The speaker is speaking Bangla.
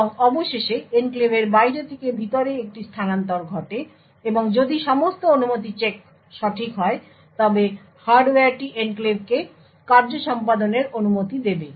এবং অবশেষে এনক্লেভের বাইরে থেকে ভিতরে একটি স্থানান্তর ঘটে এবং যদি সমস্ত অনুমতি চেক সঠিক হয় তবে হার্ডওয়্যারটি এনক্লেভকে কার্য সম্পাদনের অনুমতি দেবে